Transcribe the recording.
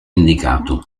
indicato